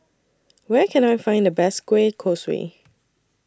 Where Can I Find The Best Kueh Kosui